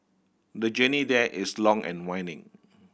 the journey there is long and